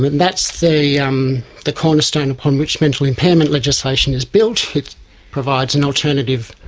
that's the um the cornerstone upon which mental impairment legislation is built. it provides an alternative